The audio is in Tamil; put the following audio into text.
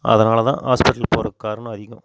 அதனால் தான் ஹாஸ்பிட்டலுக்கு போகிற காரணம் அதிகம்